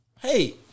Hey